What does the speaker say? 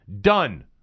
Done